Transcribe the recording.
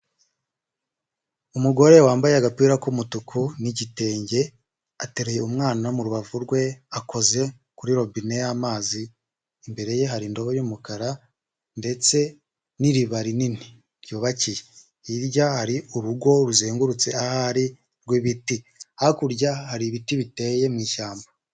Umugore wambaye agapira k'umutuku n'igitenge, ateruye umwana mu rubavu rwe, akoze kuri robine y'amazi, imbere ye hari indobo y'umukara ndetse n'iriba rinini ryubakiye, hirya hari urugo ruzengurutse ahari rw'ibiti, hakurya hari ibiti biteye mu ishyamba.